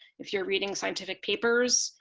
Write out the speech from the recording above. if you're reading scientific papers,